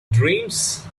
dreams